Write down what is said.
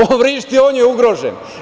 On vrišti, on je ugrožen.